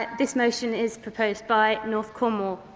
ah this motion is proposed by north cornwall.